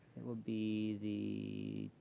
it would be the